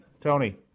Tony